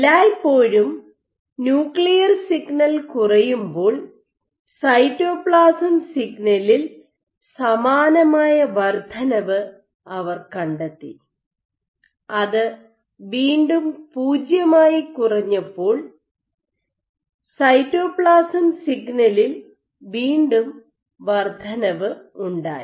എല്ലായ്പ്പോഴും nuclear signal കുറയുമ്പോൾ cytoplasm സിഗ്നലിൽ സമാനമായ വർദ്ധനവ് അവർ കണ്ടെത്തി അത് വീണ്ടും 0 ആയി കുറഞ്ഞപ്പോൾ സൈറ്റോപ്ലാസം സിഗ്നലിൽ വീണ്ടും വർദ്ധനവ് ഉണ്ടായി